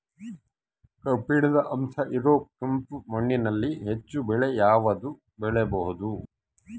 ಕಬ್ಬಿಣದ ಅಂಶ ಇರೋ ಕೆಂಪು ಮಣ್ಣಿನಲ್ಲಿ ಹೆಚ್ಚು ಬೆಳೆ ಯಾವುದು ಬೆಳಿಬೋದು?